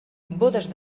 bodes